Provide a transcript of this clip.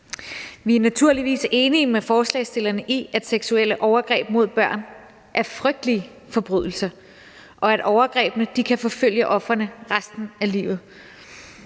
Vi er naturligvis enige med forslagsstillerne i, at seksuelle overgreb mod børn er frygtelige forbrydelser, og at overgrebene kan forfølge ofrene resten af livet.